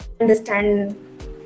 understand